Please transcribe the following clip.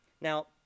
Now